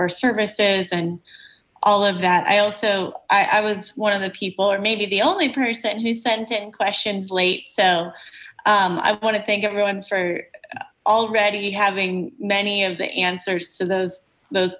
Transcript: core services andg all of that i also i was one of the people or maybe the only person who sent in questions late so i want to thank everyone for already having many of the answers to those those